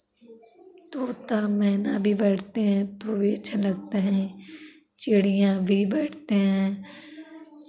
तोता मैना भी बैठते हैं तो भी अच्छे लगते हैं चिड़ियाँ भी बैठते हैं